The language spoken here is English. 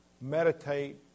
meditate